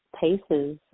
paces